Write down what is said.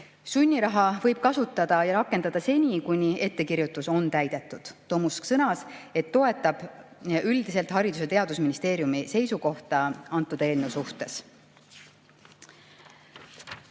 Sunniraha võib kasutada ja rakendada seni, kuni ettekirjutus on täidetud. Tomusk sõnas, et toetab üldiselt Haridus- ja Teadusministeeriumi seisukohta antud eelnõu